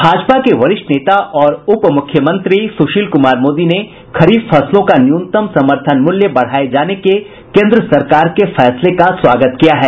भाजपा के वरिष्ठ नेता और उप मुख्यमंत्री सुशील कुमार मोदी ने खरीफ फसलों का न्यूनतम समर्थन मूल्य बढ़ाये जाने के केन्द्र सरकार के फैसले का स्वागत किया है